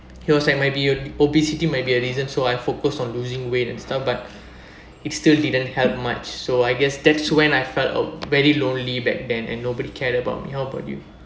he was like might be your obesity might be a reason so I focus on losing weight and stuff but it still didn't helped much so I guess that's when I felt oh very lonely back and then nobody cared about me how about you